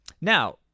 now